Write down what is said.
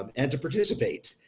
um and to participate.